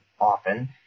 often